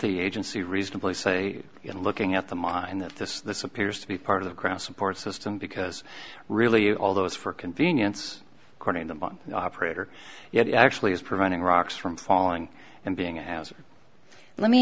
y agency reasonably say you're looking at the mine that this this appears to be part of the crown support system because really all those for convenience according to operator it actually is providing rocks from falling and being a house let me